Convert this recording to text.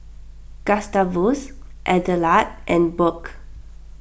Gustavus Adelard and Burke